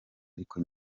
ariko